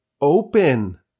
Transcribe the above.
open